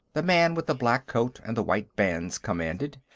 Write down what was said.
the man with the black coat and the white bands commanded.